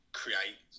create